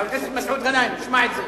חבר הכנסת מסעוד גנאים, תשמע את זה,